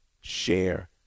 share